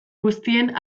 guztien